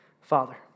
Father